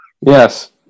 Yes